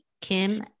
Kim